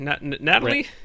Natalie